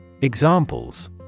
Examples